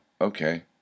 okay